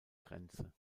grenze